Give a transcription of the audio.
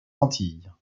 antilles